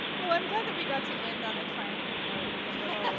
well, i'm glad that we got to end on a triumphant note with a little.